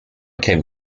came